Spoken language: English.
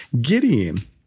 Gideon